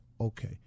okay